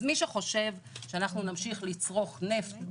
מי שחושב שאנחנו נמשיך לצרוך נפט,